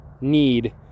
need